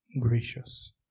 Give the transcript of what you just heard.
gracious